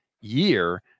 year